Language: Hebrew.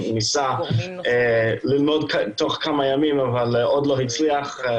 הוא ניסה ללמוד תוך כמה ימים אבל עוד לא הצליח.